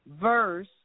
verse